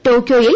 ടോക്യോയിൽ